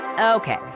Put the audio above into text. Okay